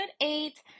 eight